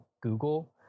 Google